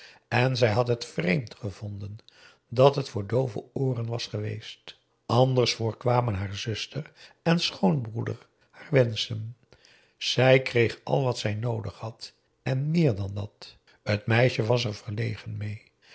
en zij had het vreemd gevonden dat t voor doove ooren was geweest anders voorkwamen haar zuster en schoonbroeder haar wenschen zij kreeg al wat zij noodig had en meer dan dat t meisje was er verlegen meê